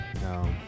No